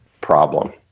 problem